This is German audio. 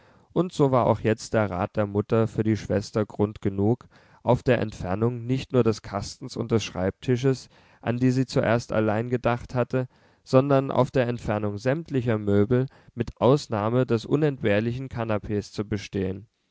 und so war auch jetzt der rat der mutter für die schwester grund genug auf der entfernung nicht nur des kastens und des schreibtisches an die sie zuerst allein gedacht hatte sondern auf der entfernung sämtlicher möbel mit ausnahme des unentbehrlichen kanapees zu bestehen